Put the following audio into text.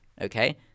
Okay